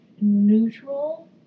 neutral